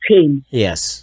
Yes